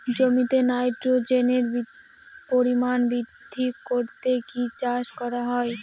জমিতে নাইট্রোজেনের পরিমাণ বৃদ্ধি করতে কি চাষ করা হয়?